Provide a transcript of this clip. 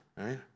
right